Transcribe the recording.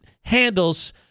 handles